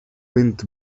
wind